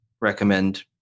recommend